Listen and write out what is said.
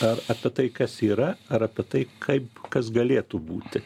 ar apie tai kas yra ar apie tai kaip kas galėtų būti